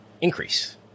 increase